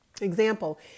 Example